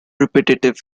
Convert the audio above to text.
repetitive